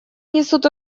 несут